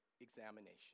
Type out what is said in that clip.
examination